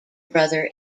brother